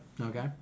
okay